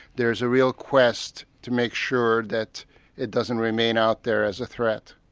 there's a real quest to make sure that it doesn't remain out there as a threat.